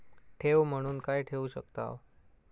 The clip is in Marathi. ठेव म्हणून काय ठेवू शकताव?